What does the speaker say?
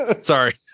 Sorry